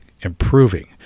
improving